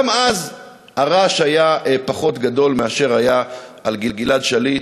גם אז הרעש היה פחות גדול מאשר היה על גלעד שליט,